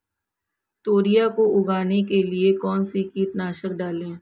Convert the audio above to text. तोरियां को उगाने के लिये कौन सी कीटनाशक डालें?